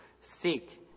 seek